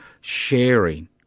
sharing